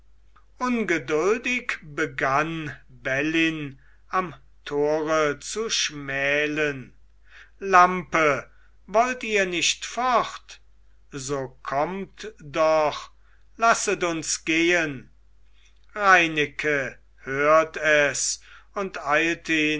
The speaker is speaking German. ungeduldig begann bellyn am tore zu schmälen lampe wollt ihr nicht fort so kommt doch lasset uns gehen reineke hört es und